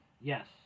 Yes